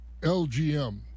LGM